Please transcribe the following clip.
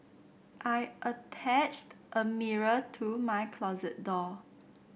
I attached a mirror to my closet door